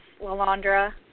Lalandra